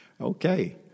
Okay